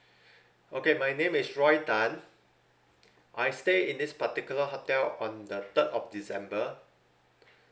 okay my name is roy tan I stay in this particular hotel on the third of december